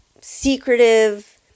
secretive